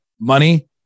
money